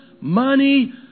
money